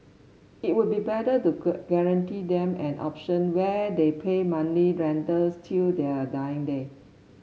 it would be better to guarantee them an option where they pay money rentals till their dying day